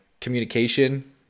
communication